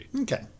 Okay